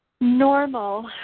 normal